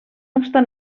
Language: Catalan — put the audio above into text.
obstant